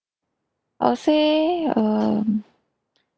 I'll say um